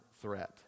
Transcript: threat